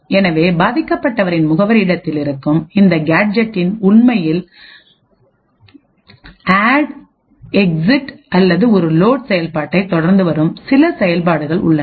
எனவே பாதிக்கப்பட்டவரின் முகவரி இடத்தில் இருக்கும் இந்த கேஜெட்டில் உண்மையில் அட் எக்ஸிட் அல்லது ஒரு லோட் செயல்பாட்டை தொடர்ந்துவரும் சில செயல்பாடுகள் உள்ளன